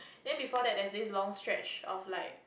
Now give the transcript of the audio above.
then before that there's this long stretch of like